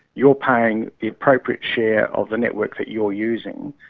you're paying the appropriate share of the network that you're using,